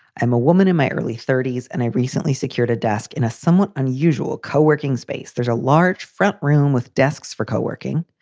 i'm a woman in my early thirty s, and i recently secured a desk in a somewhat unusual coworking space there's a large front room with desks for coworking,